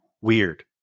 weird